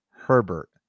Herbert